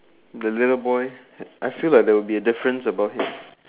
the little boy I feel like there will be a difference about him